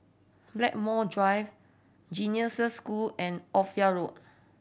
Blackmore Drive Genesis School and Ophir Road